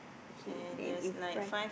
okay then in front